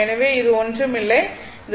எனவே இது ஒன்றுமில்லை இது